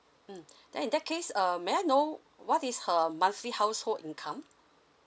mm then in that case uh may I know what is her monthly household income